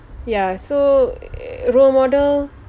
ya so role model